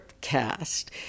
cast